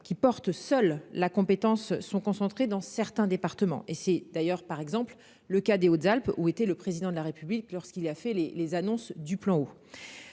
qui porte, seuls la compétence sont concentrées dans certains départements et c'est d'ailleurs par exemple le cas des Hautes-Alpes où était le président de la république lorsqu'il a fait les, les annonces du plan eau.